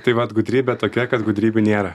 tai vat gudrybė tokia kad gudrybių nėra